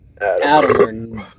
Adam